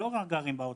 ולא רק גרים בעוטף,